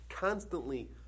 constantly